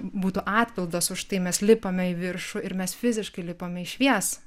būtų atpildas už tai mes lipame į viršų ir mes fiziškai lipame į šviesą